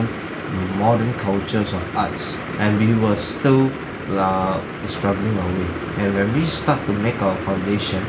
modern cultures of arts and we were still la~ struggling our way and when we start to make our foundation